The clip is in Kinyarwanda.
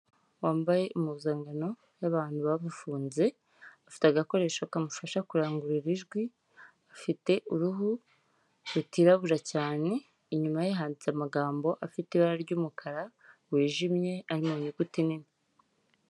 Wambaye impuzankano y'abantu bamufunze, afite agakoresho kamufasha kurangurura ijwi, afite uruhu rutirabura cyane, inyuma ye handitse amagambo afite ibara ry'umukara wijimye, ari mu nyuguti nini.